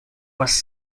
was